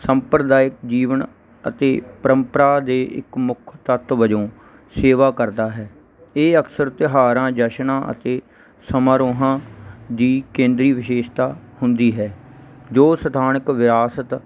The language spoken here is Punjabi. ਸੰਪਰਦਾਇਕ ਜੀਵਨ ਅਤੇ ਪਰੰਪਰਾ ਦੇ ਇੱਕ ਮੁੱਖ ਤੱਤ ਵਜੋਂ ਸੇਵਾ ਕਰਦਾ ਹੈ ਇਹ ਅਕਸਰ ਤਿਉਹਾਰਾਂ ਜਸ਼ਨਾਂ ਅਤੇ ਸਮਾਰੋਹਾਂ ਦੀ ਕੇਂਦਰੀ ਵਿਸ਼ੇਸ਼ਤਾ ਹੁੰਦੀ ਹੈ ਜੋ ਸਥਾਨਕ ਵਿਰਾਸਤ